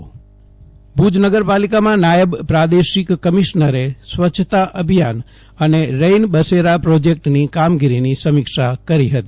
જયદિપ વૈષ્ણવ ભુજ પાલિકા ભુજ નગરપાલિકામાં નાયબ પ્રાદેશિક કમિશ્નરે સ્વચ્છતા અભિયાન અને રૈન બસેરા પ્રોજેકટની કામગીરીની સમીક્ષા કરી હતી